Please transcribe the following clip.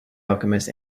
alchemist